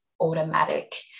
automatic